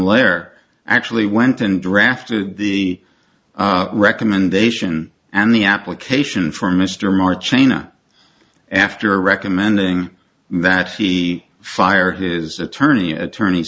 lair actually went and drafted the recommendation and the application for mr march aina after recommending that he fired his attorney attorney